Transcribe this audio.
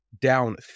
down